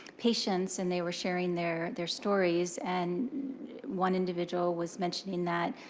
patients. and they were sharing their their stories. and one individual was mentioning that,